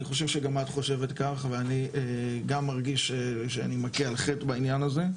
אני חושב שגם את חושבת כך ואני גם מרגיש שאני מכה על חטא בעניין הזה.